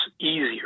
easier